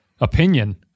opinion